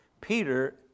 Peter